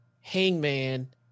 Hangman